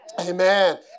Amen